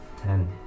ten